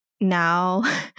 now